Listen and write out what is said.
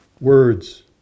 words